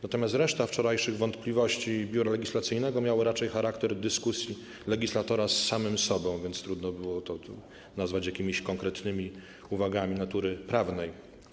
Natomiast reszta wczorajszych wątpliwości Biura Legislacyjnego miała raczej charakter dyskusji legislatora z samym sobą, więc trudno było to nazwać jakimiś konkretnymi uwagami natury prawnej.